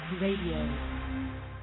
Radio